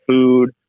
food